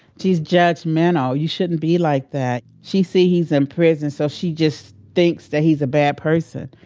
she's judgmental, you shouldn't be like that. she see he's in prison, so she just thinks that he's a bad person.